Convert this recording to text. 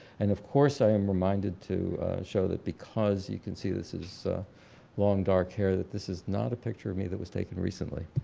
and of course i am reminded to show that because you can see this is long dark hair that this is not a picture of me that was taken recently.